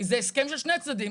זה הסכם של שני הצדדים.